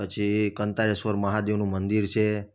પછી કંતારેશ્વર મહાદેવનું મંદિર છે